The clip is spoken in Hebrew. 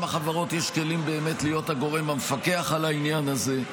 החברות יש כלים להיות הגורם המפקח על העניין הזה.